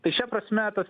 tai šia prasme tas